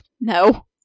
No